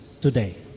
today